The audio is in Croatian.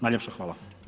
Najljepše hvala.